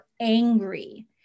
angry